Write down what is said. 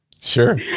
sure